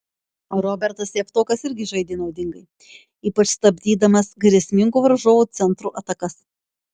robertas javtokas irgi žaidė naudingai ypač stabdydamas grėsmingų varžovų centrų atakas